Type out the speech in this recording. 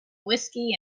whisky